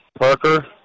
Parker